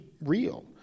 real